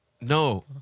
No